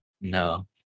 No